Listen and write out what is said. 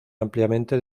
ampliamente